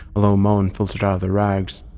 low moan filtered out of the rags,